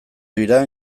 dira